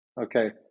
okay